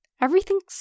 Everything's